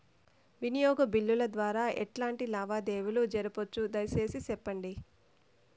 వినియోగ బిల్లుల ద్వారా ఎట్లాంటి లావాదేవీలు జరపొచ్చు, దయసేసి సెప్పండి?